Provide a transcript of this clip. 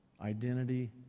Identity